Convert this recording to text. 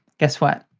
guess what?